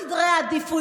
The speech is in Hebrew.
"מה עם סדרי העדיפויות?